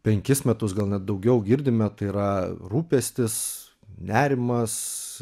penkis metus gal net daugiau girdime tai yra rūpestis nerimas